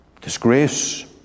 disgrace